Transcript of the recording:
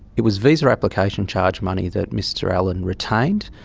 it was visa application charge money that mr allan retained.